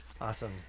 Awesome